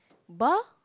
bar